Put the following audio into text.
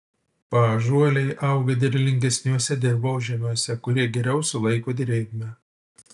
paąžuoliai auga derlingesniuose dirvožemiuose kurie geriau sulaiko drėgmę